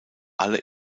alle